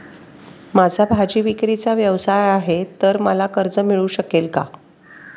माझा भाजीविक्रीचा व्यवसाय आहे तर मला कर्ज मिळू शकेल का?